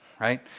right